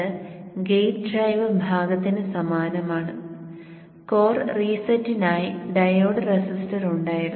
അത് gate drive ഭാഗത്തിന് സമാനമാണ് കോർ റീസെറ്റിനായി ഡയോഡ് റെസിസ്റ്റർ ഉണ്ടായിരുന്നു